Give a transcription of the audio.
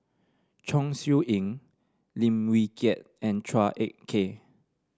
Chong Siew Ying Lim Wee Kiak and Chua Ek Kay